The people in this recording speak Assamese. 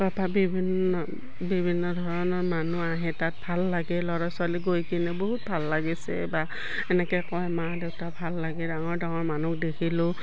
তাপা বিভিন্ন বিভিন্ন ধৰণৰ মানুহ আহে তাত ভাল লাগে ল'ৰা ছোৱালী গৈ কিনে বহুত ভাল লাগিছে বা এনেকৈ কয় মা দেউতা ভাল লাগে ডাঙৰ ডাঙৰ মানুহক দেখিলোঁ